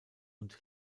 und